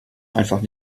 einfach